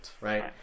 right